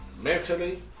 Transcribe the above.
mentally